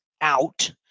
out